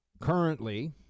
currently